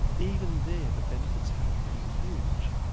even there the benefits haven't been huge.